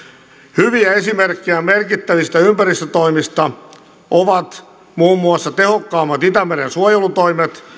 hyviä esimerkkejä merkittävistä ympäristötoimista ovat muun muassa tehokkaammat itämeren suojelutoimet